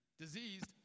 diseased